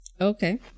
Okay